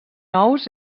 ous